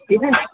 କେଜାଣି